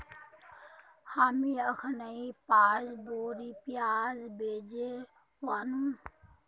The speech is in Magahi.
हामी अखनइ पांच बोरी प्याज बेचे व नु